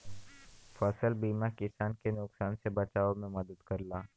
फसल बीमा किसान के नुकसान से बचाव में मदद करला